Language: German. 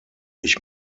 ich